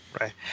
Right